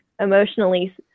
emotionally